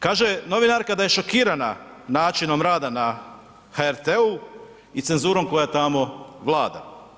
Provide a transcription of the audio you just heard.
Kaže novinarka da je šokirana načinom rada na HRT-u i cenzurom koja tamo vlada.